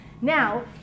Now